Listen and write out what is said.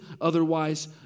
otherwise